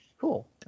cool